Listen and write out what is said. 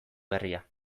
berria